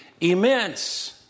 immense